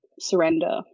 Surrender